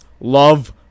love